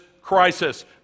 crisis